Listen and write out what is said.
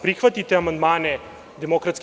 Prihvatite amandmane DS.